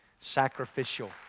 Sacrificial